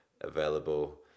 available